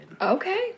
Okay